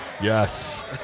Yes